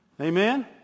Amen